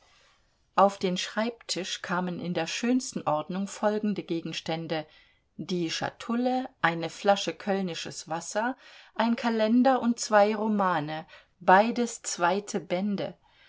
auf den schreibtisch kamen in der schönsten ordnung folgende gegenstände die schatulle eine flasche kölnisches wasser ein kalender und zwei romane beides zweite bände